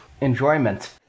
enjoyment